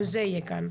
גם זה יהיה כאן.